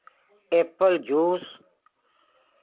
apple juice